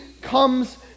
comes